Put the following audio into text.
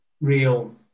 real